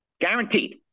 Guaranteed